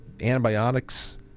Antibiotics